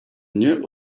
nie